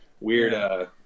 Weird